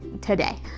today